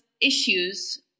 issues